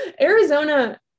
Arizona